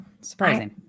Surprising